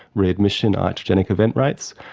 readmission, ah iatrogenic event rates,